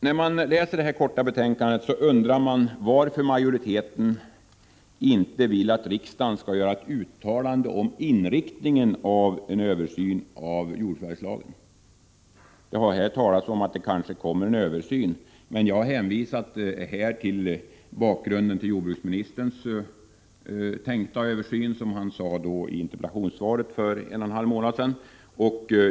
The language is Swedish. När jag läser det korta betänkandet från jordbruksutskottet undrar jag varför majoriteten inte vill att riksdagen skall göra ett uttalande om inriktningen av en översyn av jordförvärvslagen. Det har här talats om att det kanske kommer en översyn. Men jag har hänvisat till vad jordbruksministern för en och en halv månad sedan i sitt interpellationssvar sade om en tänkt översyn.